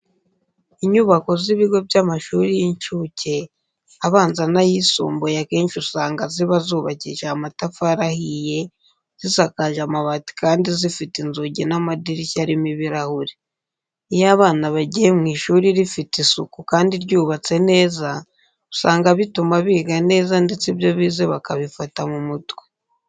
Inyubako z'ibigo by'amashuri y'incuke, abanza n'ayisumbuye akenshi usanga ziba zubakishije amatafari ahiye, zisakaje amabati kandi zifite inzugi n'amadirishya arimo ibirahure. Iyo abana bigiye mu ishuri rifite isuku kandi ryubatse neza, usanga bituma biga neza ndetse ibyo bize bakabifata mu mutwe.